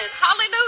Hallelujah